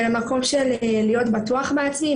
ולמקום שלהיות בטוח בעצמי,